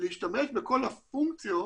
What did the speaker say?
להשתמש בכל הפונקציות,